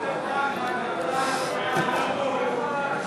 (קוראת בשמות חברי הכנסת)